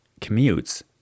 commutes